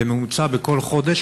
בממוצע בכל חודש,